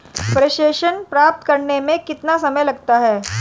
प्रेषण प्राप्त करने में कितना समय लगता है?